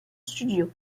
studio